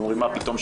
ואומרים מה פתאום,